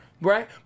Right